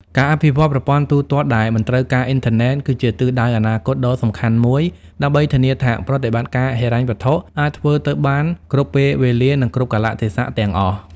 ការអភិវឌ្ឍប្រព័ន្ធទូទាត់ដែលមិនត្រូវការអ៊ីនធឺណិត គឺជាទិសដៅអនាគតដ៏សំខាន់មួយ ដើម្បីធានាថាប្រតិបត្តិការហិរញ្ញវត្ថុអាចធ្វើទៅបានគ្រប់ពេលវេលា និងគ្រប់កាលៈទេសៈទាំងអស់។